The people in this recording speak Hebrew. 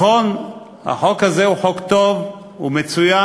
נכון, החוק הזה הוא חוק טוב, הוא מצוין,